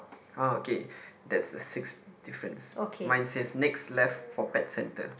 uh okay that's the sixth difference mine says next left for pet centre